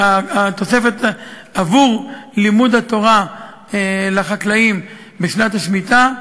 עבור לימוד התורה לחקלאים בשנת השמיטה,